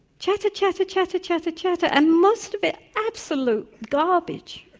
chatter, chatter, chatter, chatter chatter and most of it absolute garbage.